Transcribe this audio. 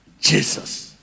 Jesus